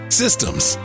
systems